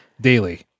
daily